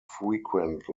frequent